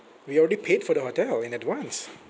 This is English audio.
we already paid for the hotel in advance